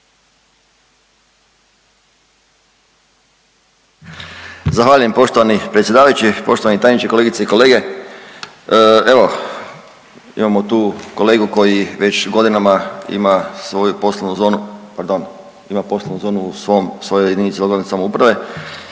Zahvaljujem poštovani predsjedavajući. Poštovani tajniče, kolegice i kolege. Evo imamo tu kolegu koji već godinama ima svoju poslovnu zonu, pardon ima poslovnu zonu u svom u svojoj jedinici lokalne samouprave